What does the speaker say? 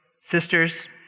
sisters